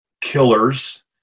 killers